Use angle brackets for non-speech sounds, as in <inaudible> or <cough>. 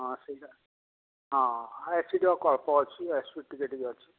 ହଁ ସେଇଟା ହଁ <unintelligible> କଳ୍ପ ଅଛି <unintelligible> ଟିକେ ଟିକେ ଅଛି